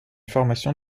formation